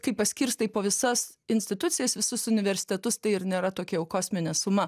kai paskirstai po visas institucijas visus universitetus tai ir nėra tokia jau kosminė suma